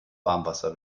warmwasser